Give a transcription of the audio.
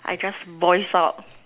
I just voice out